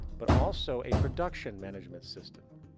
but also a production management system,